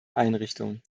einrichtung